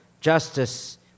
justice